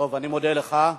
אני מודה לך.